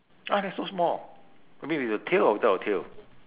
why are they so small you mean with a tail or without a tail